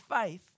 faith